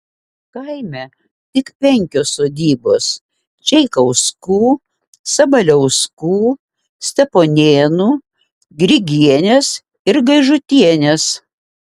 kaime tik penkios sodybos čeikauskų sabaliauskų steponėnų grigienės ir gaižutienės